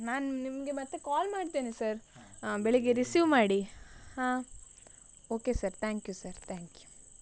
ನಾನು ನಿಮಗೆ ಮತ್ತೆ ಕಾಲ್ ಮಾಡ್ತೇನೆ ಸರ್ ಬೆಳಿಗ್ಗೆ ರಿಸೀವ್ ಮಾಡಿ ಆಂ okay sir thank you sir thank you